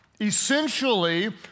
Essentially